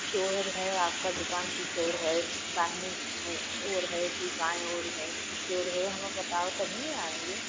sure है आपका दुकान किस ओर है दाहिनी साइड और है कि बाई और है किस और है हमें बताओ तभी आएँगे